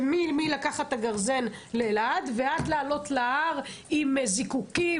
מלקחת גרזן לאלעד ועד לעלות להר עם זיקוקים